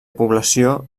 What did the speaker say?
població